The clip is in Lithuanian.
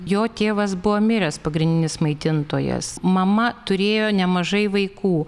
jo tėvas buvo miręs pagrindinis maitintojas mama turėjo nemažai vaikų